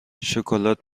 شکلات